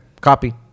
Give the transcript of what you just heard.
copy